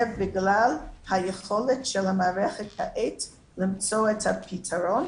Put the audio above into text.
זה בגלל היכולת של המערכת כעת למצוא את הפתרון.